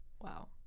Wow